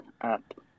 up